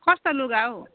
कस्तो लुगा हौ